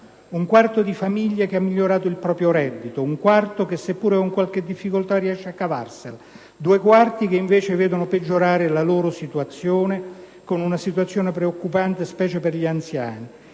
un quarto di famiglie ha migliorato il proprio reddito, un quarto, seppur con qualche difficoltà, riesce a cavarsela, due quarti invece vedono peggiorare la loro condizione con una situazione preoccupante specie per gli anziani.